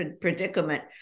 predicament